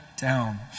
down